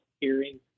hearing